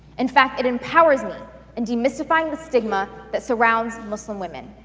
in fact, it empowers me in demystifying the stigma that surrounds muslim women.